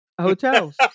hotels